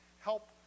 help